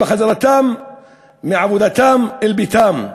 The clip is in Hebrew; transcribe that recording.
כשהם בחזרתם מעבודתם אל ביתם.